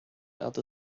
other